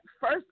first